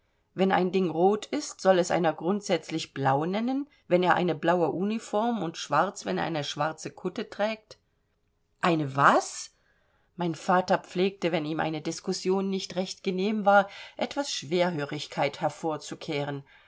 wenn ein ding rot ist soll es einer grundsätzlich blau nennen wenn er eine blaue uniform und schwarz wenn er eine schwarze kutte trägt eine was mein vater pflegte wenn ihm eine diskussion nicht recht genehm war etwas schwerhörigkeit hervorzukehren